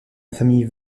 famille